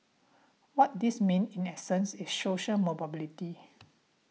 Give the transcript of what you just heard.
what this means in essence is social mobility